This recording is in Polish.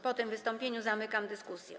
Po tym wystąpieniu zamykam dyskusję.